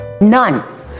None